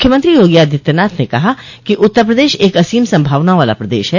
मुख्यमंत्री योगी आदित्यनाथ ने कहा कि उत्तर प्रदेश एक असीम संभावनाओं वाला प्रदेश है